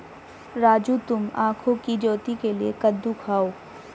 राजू तुम आंखों की ज्योति के लिए कद्दू खाओ